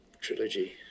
trilogy